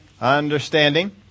Understanding